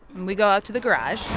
then we go out to the garage